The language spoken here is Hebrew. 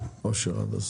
אני